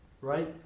Right